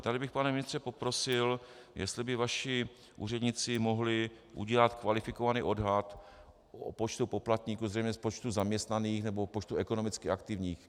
Tady bych, pane ministře, poprosil, jestli by vaši úředníci mohli udělat kvalifikovaný odhad o počtu poplatníků, zřejmě z počtu zaměstnaných nebo z počtu ekonomicky aktivních.